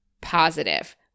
positive